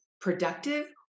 productive